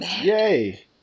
yay